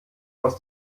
aus